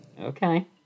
Okay